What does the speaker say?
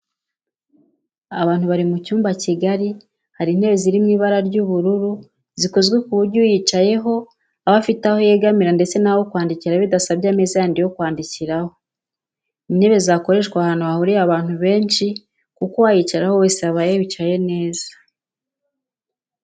Abantu bari mu cyumba kigari hari intebe ziri mu ibara ry'ubururu zikozwe ku buryo uyicayeho aba afite aho yegamira ndetse n'aho kwandikira bidasabye ameza yandi yo kwandikiraho. Ni intebe zakoreshwa ahantu hahuriye abantu benshi kuko uwayicaraho wese yaba yicaye neza